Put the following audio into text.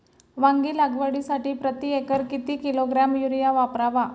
वांगी लागवडीसाठी प्रती एकर किती किलोग्रॅम युरिया वापरावा?